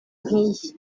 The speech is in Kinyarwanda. nk’iyi